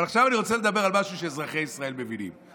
אבל עכשיו אני רוצה לדבר על משהו שאזרחי ישראל מבינים.